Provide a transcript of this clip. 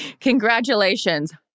congratulations